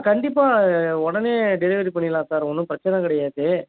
கண்டிப்பாக உடனே டெலிவரி பண்ணிடலாம் சார் ஒன்றும் பிரச்சனை கிடையாது